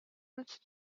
lets